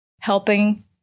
helping